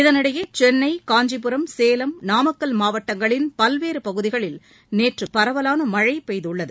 இதனிடையே சென்னை காஞ்சிபுரம் சேலம் நாமக்கல் மாவட்டங்களின் பல்வேறு பகுதிகளில் நேற்று பரவலான மழை பெய்துள்ளது